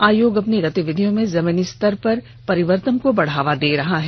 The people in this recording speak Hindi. आयोग अपनी गतिविधियों से जमीनी स्तर पर परिवर्तन को बढ़ावा दे रहा है